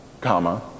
comma